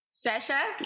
Sasha